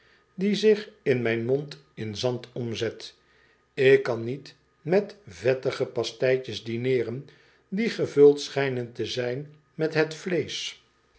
die zich in mijn mond in zand omzet ik kan niet met vettige p as teitj es dineeren die gevuld schijnen te zijn met het vleesch